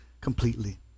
completely